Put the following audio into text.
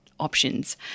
Options